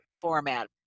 format